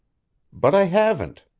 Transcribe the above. but i haven't,